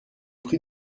prie